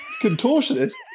Contortionist